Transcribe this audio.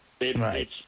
Right